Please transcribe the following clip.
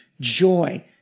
joy